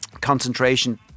concentration